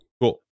Cool